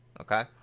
okay